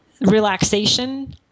relaxation